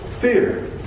fear